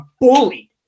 bullied